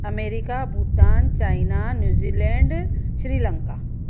America Bhutan China New Zealand Sri Lanka